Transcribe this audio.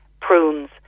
prunes